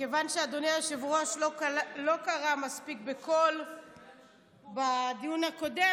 מכיוון שאדוני היושב-ראש לא קרא מספיק בקול בדיון הקודם